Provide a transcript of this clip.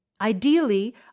Ideally